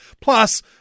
plus